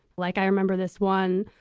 like i remember this one.